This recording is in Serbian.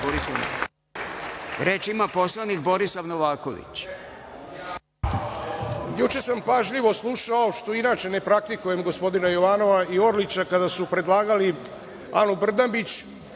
ima poslanik Borislav Novaković.